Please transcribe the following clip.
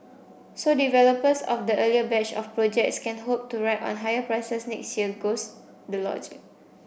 so developers of the earlier batch of projects can hope to ride on higher prices next year goes the logic